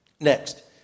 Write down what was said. Next